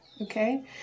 okay